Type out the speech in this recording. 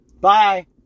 Bye